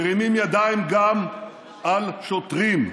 מרימים ידיים גם על שוטרים.